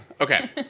Okay